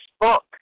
book